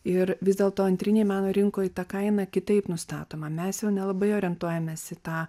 ir vis dėlto antrinėj meno rinkoje ta kaina kitaip nustatoma mes jau nelabai orientuojamės į tą